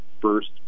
first